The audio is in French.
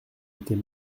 était